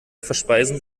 verspeisen